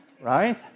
Right